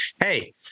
Hey